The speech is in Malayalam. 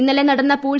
ഇന്നലെ നടന്ന പൂൾ